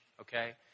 okay